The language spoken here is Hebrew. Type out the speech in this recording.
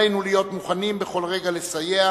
עלינו להיות מוכנים בכל רגע לסייע,